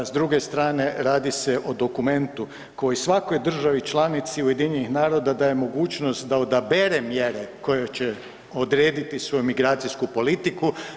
S druge strane radi se o dokumentu koji svakoj državi članici UN-a daje mogućnost da odabere mjere koje će odrediti svoju migracijsku politiku.